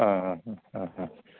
ആ ആ ഹാ ആ